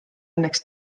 õnneks